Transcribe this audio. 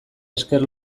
esker